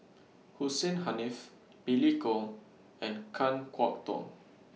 Hussein Haniff Billy Koh and Kan Kwok Toh